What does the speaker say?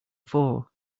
four